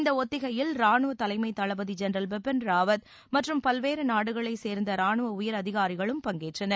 இந்த ஒத்திகையில் ராணுவத் தலைமைத் தளபதி ஜெனரல் பிபின் ராவத் மற்றும் பல்வேறு நாடுகளைச் சேர்ந்த ராணுவ உயர் அதிகாரிகளும் பங்கேற்றனர்